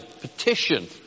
petition